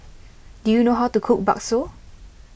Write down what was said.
do you know how to cook Bakso